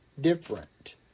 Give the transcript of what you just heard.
different